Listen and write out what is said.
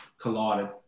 collided